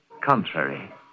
contrary